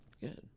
Good